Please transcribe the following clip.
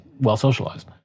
well-socialized